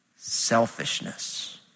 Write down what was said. selfishness